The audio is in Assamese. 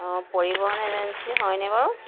অঁ পৰিবহণ এজেঞ্চি হয়নে বাৰু